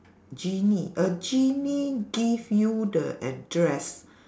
genie a genie give you the address